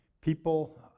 People